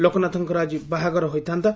ଲୋକନାଥଙ୍କର ଆକି ବାହାଘର ହୋଇଥାନ୍ତା